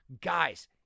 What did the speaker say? guys